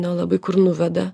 nelabai kur nuveda